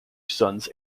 sons